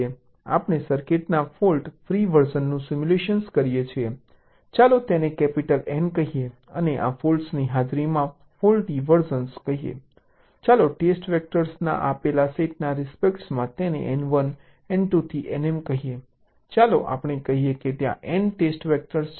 આપણે સર્કિટના fault free વર્ઝનનું સિમ્યુલેટ કરીએ છીએ ચાલો તેને કેપિટલ N કહીએ અને આ ફોલ્ટની હાજરીમાં ફોલ્ટી વર્ઝન કહીએ ચાલો ટેસ્ટ વેક્ટરના આપેલા સેટના રિસ્પેક્ટમાં તેમને N1 N2 થી Nm કહીએ ચાલો આપણે કહીએ કે ત્યાં n ટેસ્ટ વેક્ટર છે